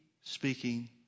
speaking